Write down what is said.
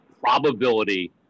Probability